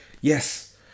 yes